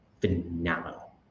phenomenal